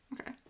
okay